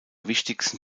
wichtigsten